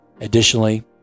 Additionally